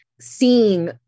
seeing